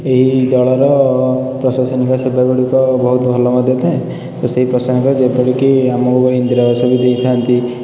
ଏହି ଦଳର ପ୍ରଶାସନିକ ସେବାଗୁଡ଼ିକ ବହୁତ ଭଲ ମଧ୍ୟ ଥାଏ ତ ସେଇ ପ୍ରସଙ୍ଗ ଯେପରିକି ଆମକୁ ଇନ୍ଦିରାବାସ ବି ଦେଇଥାନ୍ତି